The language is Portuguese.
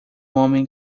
homem